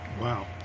Wow